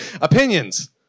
Opinions